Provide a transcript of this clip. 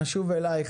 נשוב אליך,